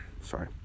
Sorry